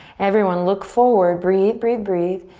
everyone, look forward, breathe, breathe, breathe,